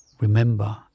remember